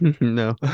no